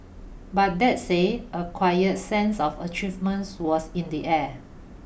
but that say a quiet sense of achievements was in the air